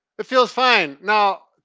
it feels fine. now,